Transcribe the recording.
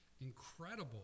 incredible